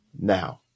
Now